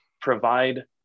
provide